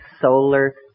solar